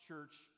church